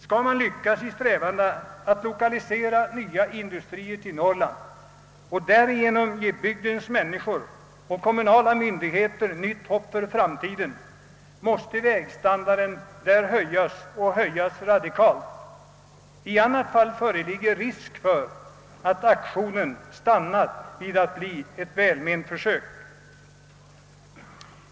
Skall man lyckas i strävandena att lokalisera nya industrier till Norrland och därigenom ge bygdens människor och kommunala myndigheter nytt hopp för framtiden måste vägstandarden där höjas, och höjas radikalt. I annat fall föreligger risk för att aktionen stannar vid att bli ett välmenat försök.